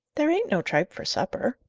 there ain't no tripe for supper,